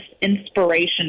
inspiration